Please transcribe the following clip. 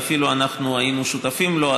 ואפילו אנחנו היינו שותפים לו,